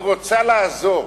היא רוצה לעזור.